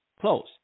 close